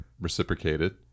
reciprocated